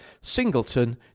Singleton